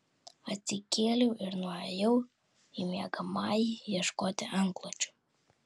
atsikėliau ir nuėjau į miegamąjį ieškoti antklodžių